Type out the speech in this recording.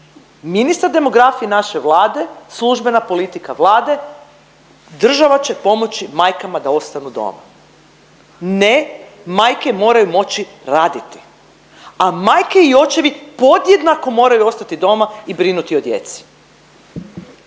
Ministar demografije naše Vlade službena politika Vlade država će pomoći majkama da ostanu doma. Ne, majke moraju moći raditi, a majke i očevi podjednako moraju ostati doma i brinuti o djeci.